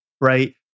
Right